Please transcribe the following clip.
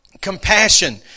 compassion